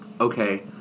Okay